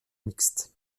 mixte